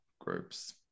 groups